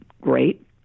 great